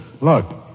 Look